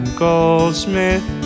goldsmith